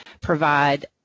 provide